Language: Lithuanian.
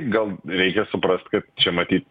gal reikia suprast kad čia matyt